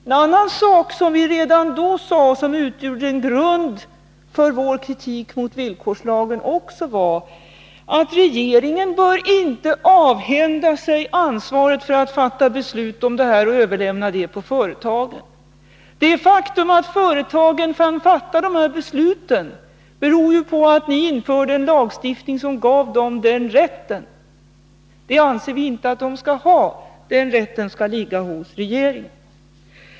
En annan sak som vi redan då sade och som utgjorde en grund för vår kritik mot villkorslagen var att regeringen inte bör avhända sig ansvaret för att fatta dessa beslut och överlämna det åt företagen. Det faktum att företagen kan fatta dessa beslut beror ju på att ni infört en lagstiftning som gav dem den rätten. Vi anser inte att de skall ha den rätten, utan den skall ligga hos regeringen.